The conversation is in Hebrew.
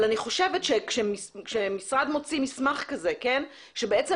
אבל, אני חושבת שכמשרד מוציא מסמך כזה, שבעצם